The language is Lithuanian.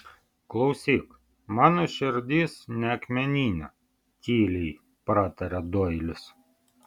klausyk mano širdis ne akmeninė tyliai pratarė doilis